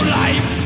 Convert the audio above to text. life